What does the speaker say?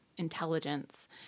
intelligence